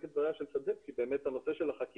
את דבריה של פרופסור סדצקי לגבי הנושא של החקירות